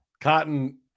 Cotton